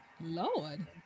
Lord